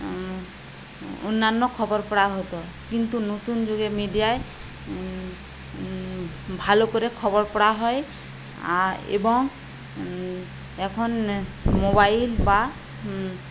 অন্যান্য খবর পড়া হতো কিন্তু নতুন যুগের মিডিয়ায় ভালো করে খবর পড়া হয় এবং এখন মোবাইল বা